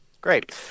Great